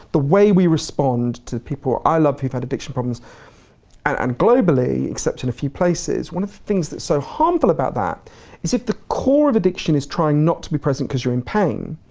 the way we respond to the people i love who've had addiction problems and globally, except in a few places, one of the things that's so harmful about that is if the core of addiction is trying not to be present because you're in pain,